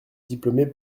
diplômée